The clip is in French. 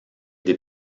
des